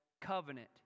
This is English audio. covenant